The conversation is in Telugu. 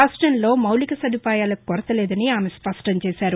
రాష్టంలో మౌలిక సదుపాయాలకు కొరతలేదని స్పష్టంచేశారు